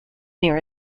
near